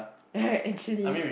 right actually